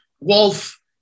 Wolf